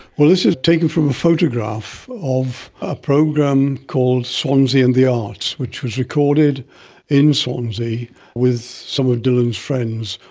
well, this is taken from a photograph of a program called swansea and the arts, which was recorded in swansea with some of dylan's friends.